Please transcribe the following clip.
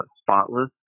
spotless